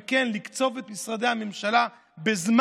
וכן, לקצוב את משרדי הממשלה בזמן,